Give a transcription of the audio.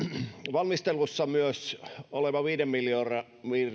valmistelussa myös oleva viiden miljardin